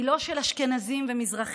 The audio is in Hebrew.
היא לא של אשכנזים ומזרחים,